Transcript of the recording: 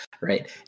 Right